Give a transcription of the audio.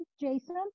Jason